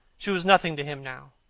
she was nothing to him now.